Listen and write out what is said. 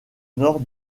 nord